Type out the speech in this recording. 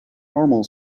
normal